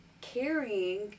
carrying